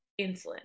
insulin